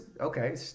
Okay